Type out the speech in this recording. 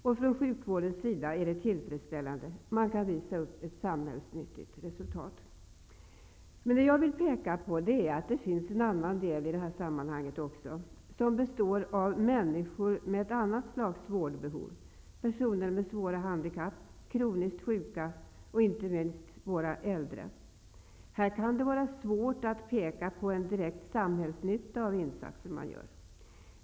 Och på sjukvårdssidan känns det tillfredsställande -- man kan visa upp ett samhällsnyttigt resultat. Men det som jag vill peka på är att det också finns andra områden. När det gäller människor med andra slag av vårdbehov, personer med svåra handikapp, kroniskt sjuka och, inte minst, våra äldre, kan det vara svårt att peka på en direkt samhällsnytta av insatser som görs.